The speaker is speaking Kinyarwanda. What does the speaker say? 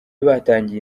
batangiye